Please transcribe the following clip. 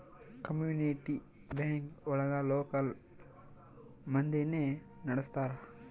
community bank ಒಳಗ local ಮಂದಿನೆ ನಡ್ಸ್ತರ